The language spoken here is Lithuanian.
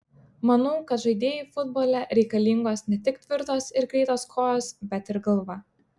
manau kad žaidėjui futbole reikalingos ne tik tvirtos ir greitos kojos bet ir galva